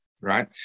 right